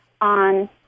on